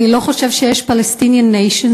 אני לא חושב שיש Palestinian Nation,